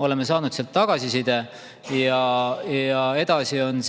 Oleme saanud tagasisidet. Ja edasi on